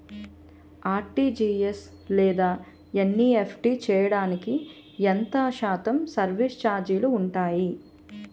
RTGS లేదా NEFT చేయడానికి ఎంత శాతం సర్విస్ ఛార్జీలు ఉంటాయి?